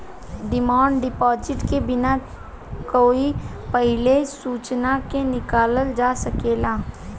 demand deposit के बिना कोई पहिले सूचना के निकालल जा सकेला